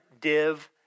div